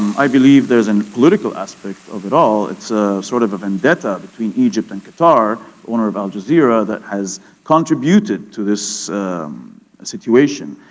i believe there's a and political aspect of it all, it's ah sort of a vendetta between egypt and qatar, the owner of al jazeera, that has contributed to this situation.